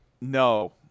no